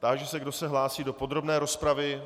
Táži se, kdo se hlásí do podrobné rozpravy.